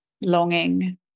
longing